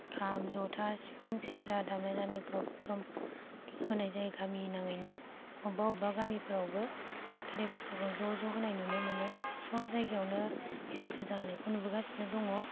खाम जथा सिफुं सेरजा दामलायनानै गोग्गोम होनाय जायो गामि नाङैनो अबबा अबबा गामिफोरवबो खेराइ फुजाखौ ज' ज' होनाय नुनो मोनो सब जायगायावनो खेराइ फुजा होनायखौ नबोगासिनो दङ